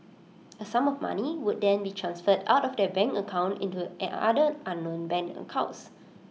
A sum of money would then be transferred out of their bank account into an other unknown bank accounts